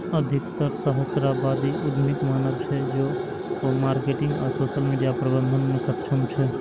अधिकतर सहस्राब्दी उद्यमीक मानब छै, जे ओ मार्केटिंग आ सोशल मीडिया प्रबंधन मे सक्षम छै